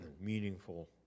meaningful